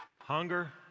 Hunger